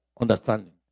understanding